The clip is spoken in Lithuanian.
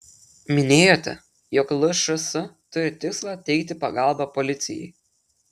minėjote jog lšs turi tikslą teikti pagalbą policijai